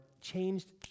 changed